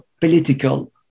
political